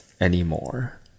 anymore